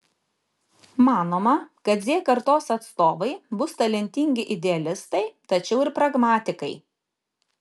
manoma kad z kartos atstovai bus talentingi idealistai tačiau ir pragmatikai